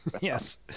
Yes